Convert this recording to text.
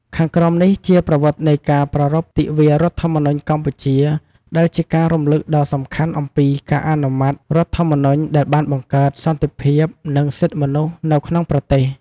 ខាងក្រោមនេះជា ប្រវត្តិនៃការប្រារព្ធទិវារដ្ឋធម្មនុញ្ញកម្ពុជា ដែលជាការរំលឹកដ៏សំខាន់អំពីការអនុម័តរដ្ឋធម្មនុញ្ញដែលបានបង្កើតសន្តិភាព និងសិទ្ធិមនុស្សនៅក្នុងប្រទេស។